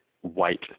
white